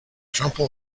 trample